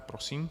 Prosím.